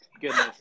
goodness